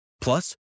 Plus